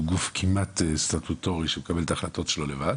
גוף כמעט סטטוטורי שמקבל את ההחלטות שלו לבד